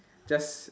just